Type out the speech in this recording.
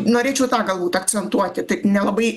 norėčiau tą galbūt akcentuoti taip nelabai